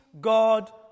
God